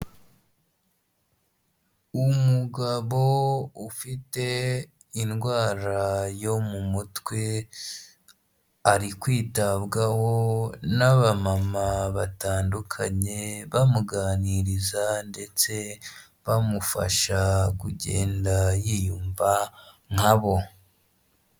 Umugabo ufite indwara yo mu mutwe, ari kwitabwaho n'abamama batandukanye, bamuganiriza ndetse bamufasha kugenda yiyumva nka bo.